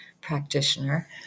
practitioner